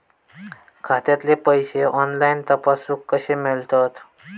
खात्यातले पैसे ऑनलाइन तपासुक कशे मेलतत?